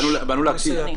באנו להקשיב.